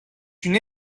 une